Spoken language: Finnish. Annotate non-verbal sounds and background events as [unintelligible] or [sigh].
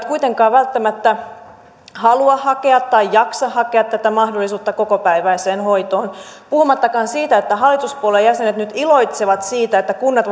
[unintelligible] kuitenkaan välttämättä halua hakea tai jaksa hakea tätä mahdollisuutta kokopäiväiseen hoitoon puhumattakaan siitä että hallituspuolueiden jäsenet nyt iloitsevat siitä että kunnat [unintelligible]